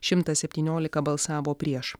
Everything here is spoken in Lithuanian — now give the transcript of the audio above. šimtas septyniolika balsavo prieš